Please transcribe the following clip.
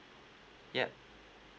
yup